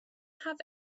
have